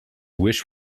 wish